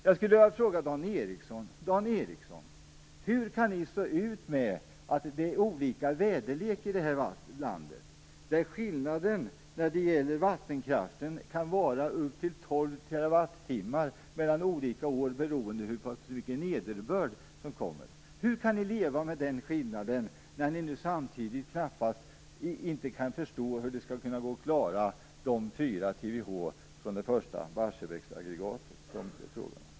Jag skulle vilja fråga Dan Ericsson hur ni står ut med att det är olika väderlek i det här landet. Skillnaden mellan olika år när det gäller vattenkraften kan vara upp till 12 TWh, beroende på hur pass stor nederbörden är. Hur kan ni leva med den skillnaden, när ni samtidigt inte kan förstå hur det skall gå att klara de 4 TWh från det första Barsebäcksaggregatet som det nu är fråga om?